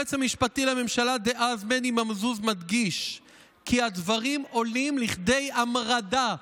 היועץ המשפטי לממשלה דאז מני מזוז מדגיש כי "הדברים עולים לכדי המרדה",